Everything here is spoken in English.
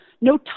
no